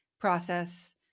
process